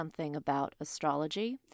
somethingaboutastrology